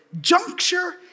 juncture